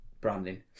branding